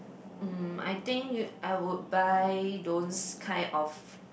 mm I think you I would buy those kind of